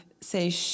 say